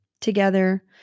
together